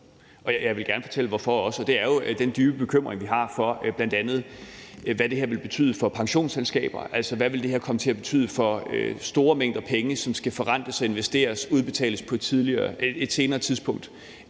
jeg vil også gerne fortælle hvorfor. Det er jo på grund af den dybe bekymring, vi har for, hvad det her bl.a. vil betyde for pensionsselskaber. Altså, hvad vil det her komme til at betyde i forhold til de store mængder penge, som skal forrentes, investeres og på et senere tidspunkt